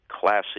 classy